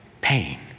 pain